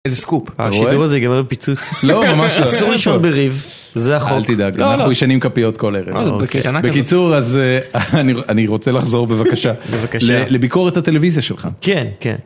איזה סקופ, השידור הזה יגמר בפיצוץ, אסור לשאול בריב, זה החוק, אל תדאג, אנחנו ישנים כפיות כל ערב, בקיצור אז אני רוצה לחזור בבקשה, לביקורת הטלוויזיה שלך.